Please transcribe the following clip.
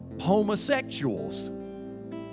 homosexuals